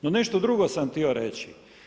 No nešto drugo sam htio reći.